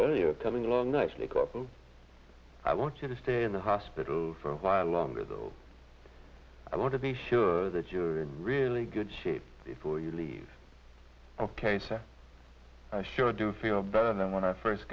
telling long nicely i want you to stay in the hospital for a while longer though i want to be sure that you're really good shape before you leave ok so i sure do feel better than when i first